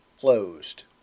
closed